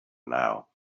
now